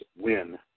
win